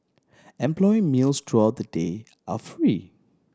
employee meals throughout the day are free